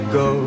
go